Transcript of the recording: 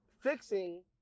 fixing